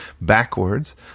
backwards